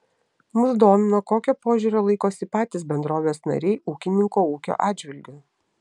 mus domino kokio požiūrio laikosi patys bendrovės nariai ūkininko ūkio atžvilgiu